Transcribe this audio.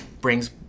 brings